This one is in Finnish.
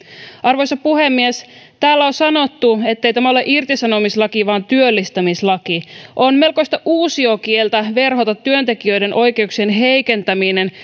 arvoisa puhemies täällä on sanottu ettei tämä ole irtisanomislaki vaan työllistämislaki on melkoista uusiokieltä verhota työntekijöiden oikeuksien heikentäminen